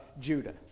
Judah